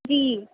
جی